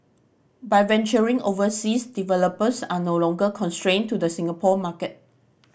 by venturing overseas developers are no longer constrained to the Singapore market